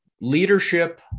Leadership